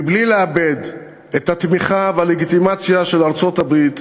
בלי לאבד את התמיכה והלגיטימציה של ארצות-הברית,